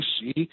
see